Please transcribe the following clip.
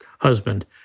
husband